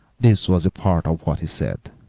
this was a part of what he said